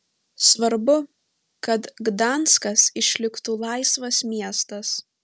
svarbu kad gdanskas išliktų laisvas miestas